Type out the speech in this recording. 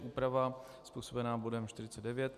Úprava způsobená bodem 49.